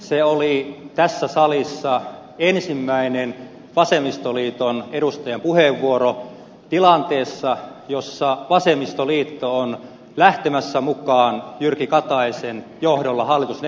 se oli tässä salissa ensimmäinen vasemmistoliiton edustajan puheenvuoro tilanteessa jossa vasemmistoliitto on lähtemässä mukaan jyrki kataisen johdolla hallitusneuvotteluihin